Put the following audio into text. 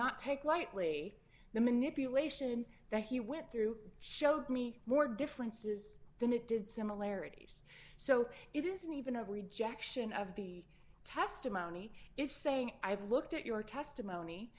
not take lightly the manipulation thank you went through showed me more differences than it did similarities so it isn't even a of rejection of the testimony it's saying i've looked at your testimony